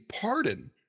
pardon